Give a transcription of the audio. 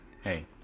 hey